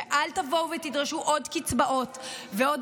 ואל תבואו ותדרשו עוד קצבאות ועוד